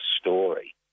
story